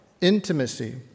intimacy